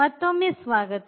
ಮತ್ತೊಮ್ಮೆ ಸ್ವಾಗತ